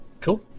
Cool